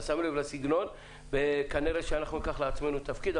אתה שם לב לסגנון וכנראה אנחנו ניקח לעצמנו תפקיד,